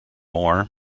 moore